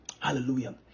hallelujah